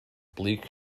bleak